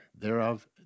thereof